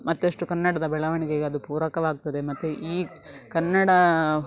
ಮತ್ತಷ್ಟು ಕನ್ನಡದ ಬೆಳವಣಿಗೆಗೆ ಅದು ಪೂರಕವಾಗ್ತದೆ ಮತ್ತು ಈ ಕನ್ನಡ